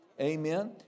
Amen